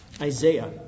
Isaiah